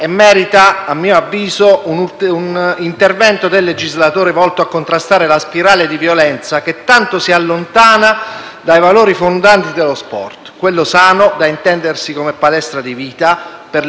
Sulle finalità del provvedimento ho riscontrato un'ampia condivisione da parte delle forze politiche di maggioranza e di opposizione. Presidente, si entra nel campo con la paura che un proprio errore di valutazione,